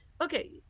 okay